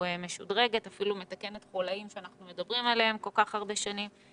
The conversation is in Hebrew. ומשודרגת ואפילו מתקנת חולאים שאנחנו מדברים עליה כל כך הרבה שנים.